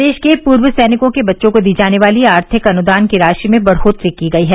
प्रदेश के पूर्व सैनिकों के बच्चों को दी जाने वाली आर्थिक अनुदान की राशि में बढोत्तरी की गई है